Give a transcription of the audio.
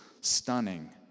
stunning